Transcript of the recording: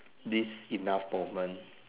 this enough moment